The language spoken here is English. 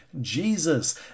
Jesus